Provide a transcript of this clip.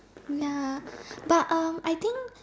ya but um I think